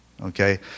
okay